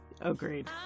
Agreed